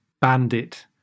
bandit